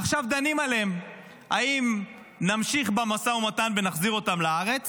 עכשיו דנים עליהם אם נמשיך במשא ומתן ונחזיר אותם לארץ